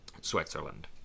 Switzerland